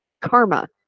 karma